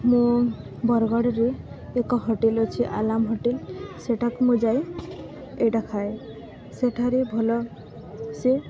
ମୁଁ ବରଗଡ଼ରେ ଏକ ହୋଟେଲ ଅଛି ଆଲମ୍ ହୋଟେଲ୍ ସେଟାକୁ ମୁଁ ଯାଇ ଏଇଟା ଖାଏ ସେଠାରେ ଭଲ୍ସେ